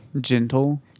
gentle